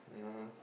(uh huh)